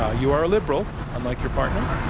ah you are a liberal, unlike your partner,